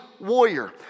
warrior